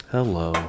Hello